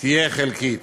תהיה חלקית,